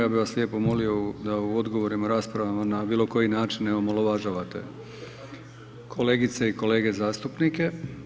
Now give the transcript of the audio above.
Ja bih vas lijepo molio da u odgovorima i raspravama na bilo koji način ne omalovažavate kolegice i kolege zastupnike.